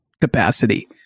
capacity